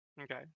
Okay